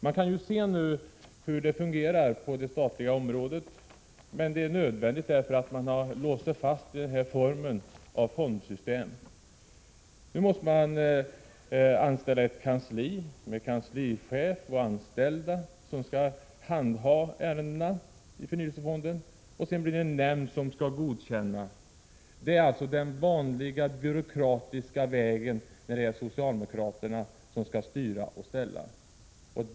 Vi kan se hur det fungerar, när man har låst fast sig vid denna form av fondsystem. Nu måste det inrättas ett kansli, med en kanslichef och anställda som skall handha ärendena i förnyelsefonden, och sedan skall en nämnd godkänna dem. Det är alltså den vanliga byråkratiska vägen, som det blir när socialdemokraterna skall styra och ställa.